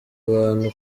abantu